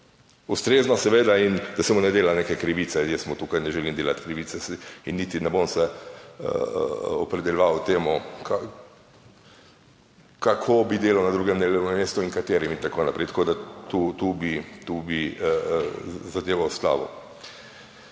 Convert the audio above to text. ustrezno seveda in da se mu ne dela neke krivice. Jaz mu tukaj ne želim delati krivice in niti ne bom se opredeljeval o tem, kako bi delal na drugem delovnem mestu in katerem in tako naprej. Tako da tu bi zadevo ustavil.